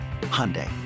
Hyundai